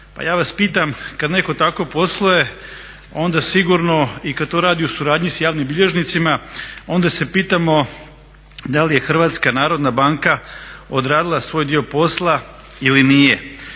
Pa ja vas pitam kad netko tako posluje onda sigurno, i kad to radi u suradnji s javnim bilježnicima, onda se pitamo da li je HNB odradila svoj dio posla ili nije?